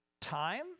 Time